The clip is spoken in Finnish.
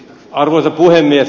arvoisa puhemies